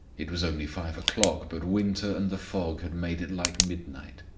it was only five o'clock, but winter and the fog had made it like midnight.